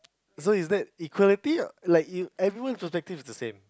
so it's that equality like you everyone's objective is the same